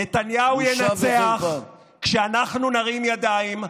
נתניהו ינצח כשאנחנו נרים ידיים,